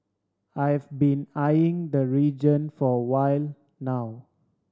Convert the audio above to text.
I've been eyeing the region for a while now